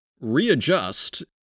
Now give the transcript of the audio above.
readjust